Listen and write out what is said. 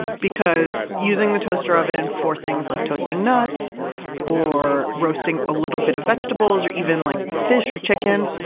because using the toaster oven for things like toasting nuts or roasting a little bit of vegetables, or even like fish or chicken,